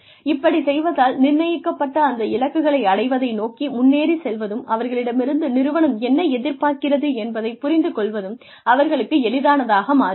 இப்படிச் செய்வதால் நிர்ணயிக்கப்பட்ட அந்த இலக்குகளை அடைவதை நோக்கி முன்னேறிச் செல்வதும் அவர்களிடமிருந்து நிறுவனம் என்ன எதிர்பார்க்கிறது என்பதை புரிந்து கொள்வதும் அவர்களுக்கு எளிதானதாக மாறுகிறது